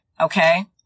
okay